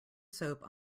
soap